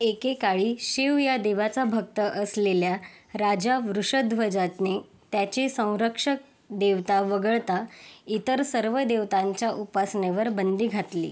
एके काळी शिव या देवाचा भक्त असलेल्या राजा वृषध्वजात्ने त्याची संरक्षक देवता वगळता इतर सर्व देवतांच्या उपासनेवर बंदी घातली